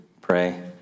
Pray